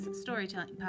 Storytelling